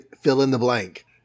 fill-in-the-blank